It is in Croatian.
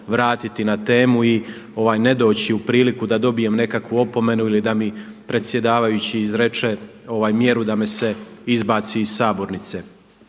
vratiti na temu i ne doći u priliku da dobijem nekakvu opomenu ili da mi predsjedavajući izrekne mjeru da me se izbaci iz sabornice.